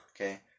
Okay